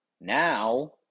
Now